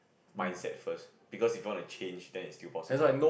mindset first because if you want to change then it's still possible